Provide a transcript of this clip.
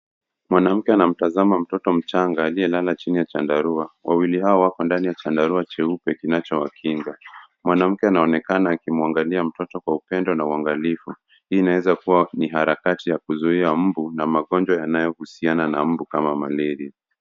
Mwanamke anamtazama mtoto mchanga aliyelala chini ya chandarua. Wawili hawa wapo ndani ya chandarua jeupe kinachowakinga. Mwanamke anaonekana akimwangalia mtoto kwa upendo na uangalifu. Hii inaeza kuwa ni harakati ya kuzuia mbu na magonjwa yanayohusiana na mbu kama malaria.